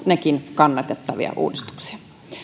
nekin kannatettavia uudistuksia